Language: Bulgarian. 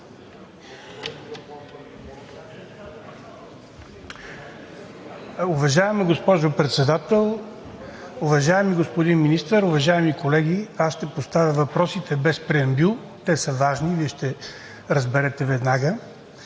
Уважаема госпожо Председател, уважаеми господин Министър, уважаеми колеги! Аз ще поставя въпросите без преамбюл – те са важни, Вие ще разберете веднага.